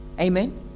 Amen